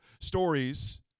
stories